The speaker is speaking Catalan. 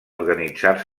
organitzar